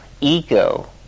ego